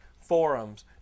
forums